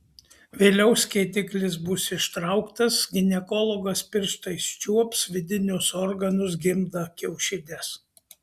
vėliau skėtiklis bus ištrauktas ginekologas pirštais čiuops vidinius organus gimdą kiaušides